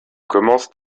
commencent